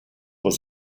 was